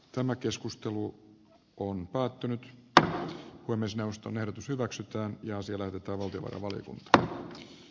tämä keskustelu on päättynyt taas voimisjaoston ehdotus hyväksytään ja loppui pöydästä leipä